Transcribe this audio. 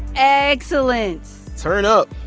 excellent turn up.